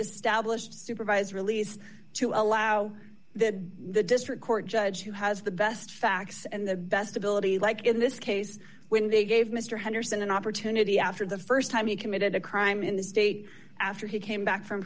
established supervised release to allow that the district court judge who has the best facts and the best ability like in this case when they gave mr henderson an opportunity after the st time he committed a crime in the state after he came back from